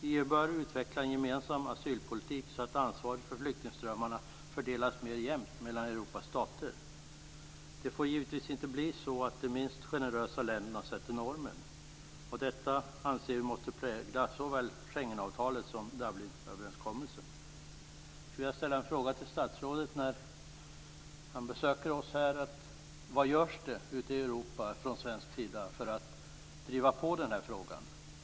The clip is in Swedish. EU bör utveckla en gemensam asylpolitik så att ansvaret för flyktingströmmarna fördelas mer jämnt mellan Europas stater. Det får givetvis inte bli så att de minst generösa länderna sätter normen. Detta måste prägla såväl Schengenavtalet som Dublinöverenskommelsen. Schori när han nu besöker oss här i kammaren. Vad görs det ute i Europa från svensk sida för att driva på i den här frågan?